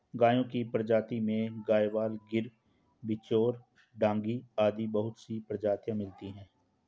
गायों की प्रजाति में गयवाल, गिर, बिच्चौर, डांगी आदि बहुत सी प्रजातियां मिलती है